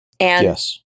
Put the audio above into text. Yes